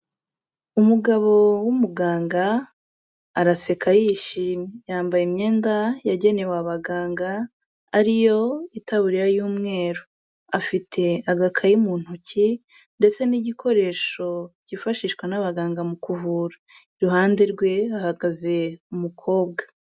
Umugabo w'umuganga araseka yishimye, yambaye imyenda yagenewe abaganga ari yo itaburiya y'umweru, afite agakayi mu ntoki ndetse n'igikoresho cyifashishwa n'abaganga mu kuvura, iruhande rwe hahagaze umukobwa.